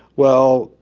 well,